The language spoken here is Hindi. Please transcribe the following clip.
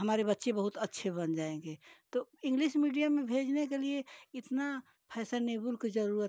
हमारे बच्चे बहुत अच्छे बन जाएंगे तो इंग्लिश मीडियम में भेजने के लिए इतना फैशनेबल की ज़रूरत है